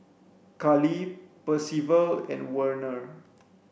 Cali Percival and Werner